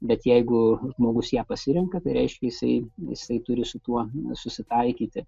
bet jeigu žmogus ją pasirenka tai reiškia jisai jisai turi su tuo susitaikyti